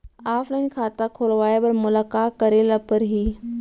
Offline खाता खोलवाय बर मोला का करे ल परही?